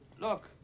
Look